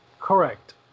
Correct